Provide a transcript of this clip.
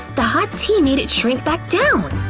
the hot tea made it shrink back down!